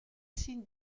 signe